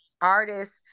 artists